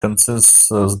консенсуса